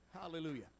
Hallelujah